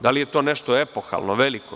Da li je to nešto epohalno, veliko?